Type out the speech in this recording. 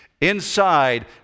Inside